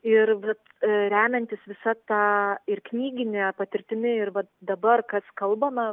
ir remiantis visa ta ir knygine patirtimi ir vat dabar kas kalbama